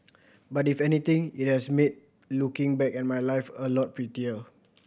but if anything it has made looking back at my life a lot prettier